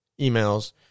emails